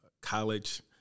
college